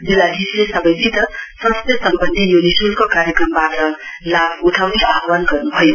जिल्लाधीशले सबैसित स्वास्थ्य सम्वन्धी यो निशुल्क कार्यक्रमबाट लाभ उठाउने आह्वान गर्नुभयो